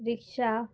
rickshaw